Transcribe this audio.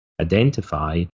identify